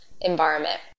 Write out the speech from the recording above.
environment